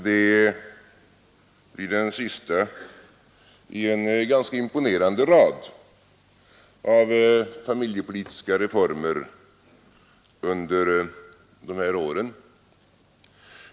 Det blir den sista i en ganska imponerande rad av familjepolitiska reformer under de här åren.